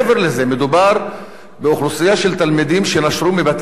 מדובר באוכלוסייה של תלמידים שנשרו מבתי-הספר,